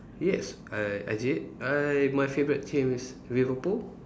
yes I I did I my favourite team is Liverpool